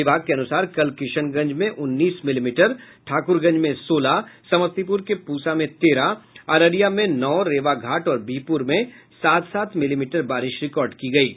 विभाग के अनुसार कल किशनगंज में उन्नीस मिलीमीटर ठाकुरगंज में सोलह समस्तीपुर के पूसा में तेरह अररिया में नौ रेवाघाट और बिहपुर में सात सात मिलीमीटर बारिश रिकॉर्ड की गयी है